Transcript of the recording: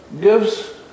gives